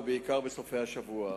ובעיקר בסופי-השבוע.